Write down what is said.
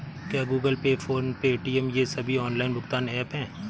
क्या Google Pay PhonePe Paytm ये सभी ऑनलाइन भुगतान ऐप हैं?